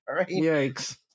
Yikes